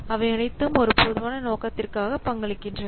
அவை அனைத்தும் ஒரு பொதுவான நோக்கத்திற்காக பங்களிக்கின்றன